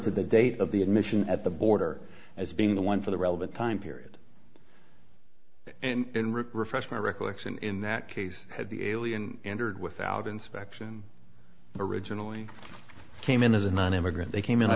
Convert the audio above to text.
to the date of the admission at the border as being the one for the relevant time period and refresh my recollection in that case had the alien entered without inspection originally came in as a nonimmigrant they came in i